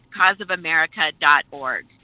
causeofamerica.org